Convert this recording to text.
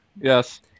Yes